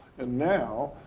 and now,